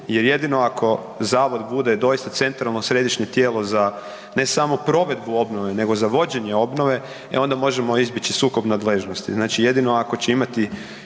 jer jedino ako zavod bude doista centralno središnje tijelo za ne samo za provedbu obnove nego za vođenje obnove, e onda možemo izbjeći sukob nadležnosti.